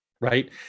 right